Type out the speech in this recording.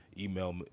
Email